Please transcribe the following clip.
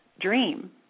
dream